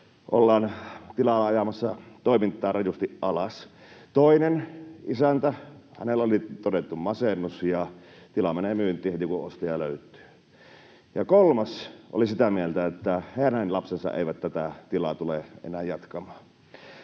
ollaan ajamassa tilan toimintaa rajusti alas. Toisella isännällä oli todettu masennus, ja tila menee myyntiin heti, kun ostaja löytyy. Ja kolmas oli sitä mieltä, että hänen lapsensa eivät tätä tilaa tule enää jatkamaan.